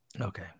Okay